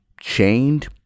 chained